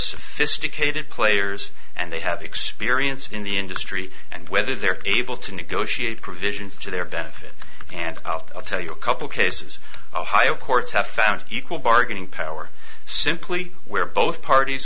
sophisticated players and they have experience in the industry and whether they're able to negotiate provisions to their benefit and i'll tell you a couple cases courts have found equal bargaining power simply where both parties